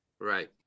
Right